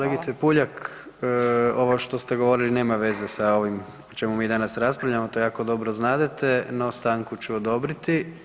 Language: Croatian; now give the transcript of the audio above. Kolegice Puljak, ovo što ste govorili nema veze sa ovim o čemu mi danas raspravljamo, to jako dobro znadete, no stanku ću odobriti.